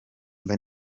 mba